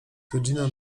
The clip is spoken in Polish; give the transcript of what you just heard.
godzina